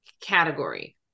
category